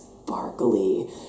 sparkly